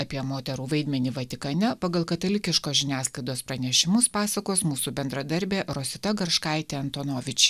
apie moterų vaidmenį vatikane pagal katalikiškos žiniasklaidos pranešimus pasakos mūsų bendradarbė rosita garškaitė antonovič